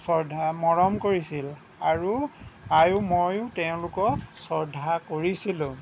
শ্ৰদ্ধা মৰম কৰিছিল আৰু আইও মইও তেওঁলোকক শ্ৰদ্ধা কৰিছিলোঁ